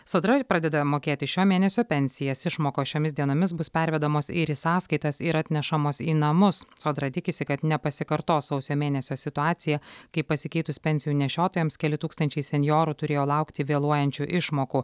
sodra pradeda mokėti šio mėnesio pensijas išmokos šiomis dienomis bus pervedamos ir į sąskaitas ir atnešamos į namus sodra tikisi kad nepasikartos sausio mėnesio situacija kai pasikeitus pensijų nešiotojams keli tūkstančiai senjorų turėjo laukti vėluojančių išmokų